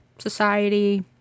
society